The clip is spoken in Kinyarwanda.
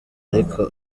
ariko